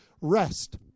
rest